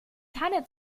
tanne